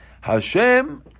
Hashem